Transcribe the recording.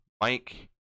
Mike